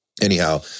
anyhow